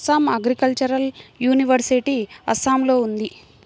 Assam Agricultural University అస్సాంలో ఉంది